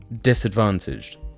disadvantaged